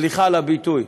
סליחה על הביטוי,